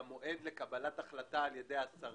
למועד של קבלת החלטה על ידי השרים.